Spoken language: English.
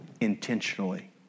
intentionally